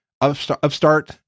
upstart